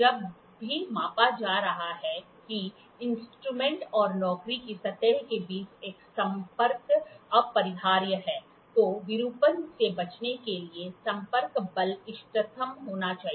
जब भी मापा जा रहा है कि इंस्ट्रूमेंट और नौकरी की सतह के बीच एक संपर्क अपरिहार्य है तो विरूपण से बचने के लिए संपर्क बल इष्टतम होना चाहिए